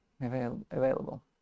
available